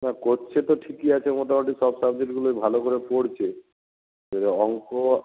হ্যাঁ করছে তো ঠিকই আছে মোটামোটি সব সাবজেক্টগুলোই ভালো করে পড়ছে এবার অঙ্ক